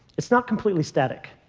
it's not completely static.